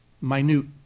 minute